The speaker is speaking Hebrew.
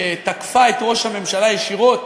שתקפה את ראש הממשלה ישירות